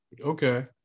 Okay